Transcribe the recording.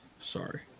sorry